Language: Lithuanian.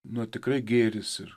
nu tikrai gėris ir